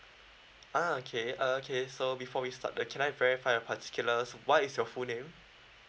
ah okay uh okay so before we start that can I verify your particulars what is your full name